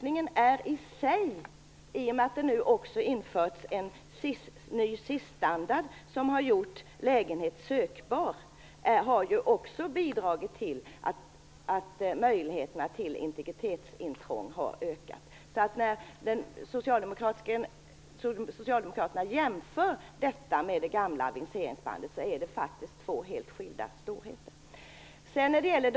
I och med att det nu införts en ny SIS-standard, som gjort en lägenhet sökbar, har möjligheterna till integritetsintrång har ökat. När man jämför detta med det gamla aviseringsbandet är det faktiskt fråga om två helt olika saker.